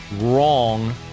wrong